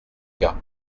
cas